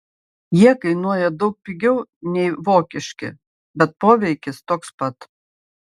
jie kainuoja daug pigiau nei vokiški bet poveikis toks pat